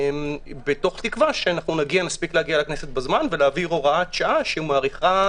תוך תקווה שנספיק להגיע לכנסת בזמן ולהעביר הוראת שעה שמאריכה